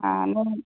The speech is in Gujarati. વાંધો નહીં